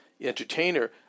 entertainer